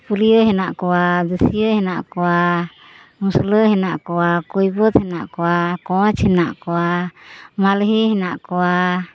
ᱯᱷᱩᱞᱤᱭᱟᱹ ᱦᱮᱱᱟᱜ ᱠᱚᱣᱟ ᱫᱩᱥᱭᱟᱹ ᱦᱮᱱᱟᱜ ᱠᱚᱣᱟ ᱢᱩᱥᱞᱟᱹ ᱦᱮᱱᱟᱜ ᱠᱚᱣᱟ ᱠᱳᱭᱵᱚᱛ ᱦᱮᱱᱟᱜ ᱠᱚᱣᱟ ᱠᱚᱸᱪ ᱦᱮᱱᱟᱜ ᱠᱚᱣᱟ ᱢᱟᱞᱦᱮ ᱦᱮᱱᱟᱜ ᱠᱚᱣᱟ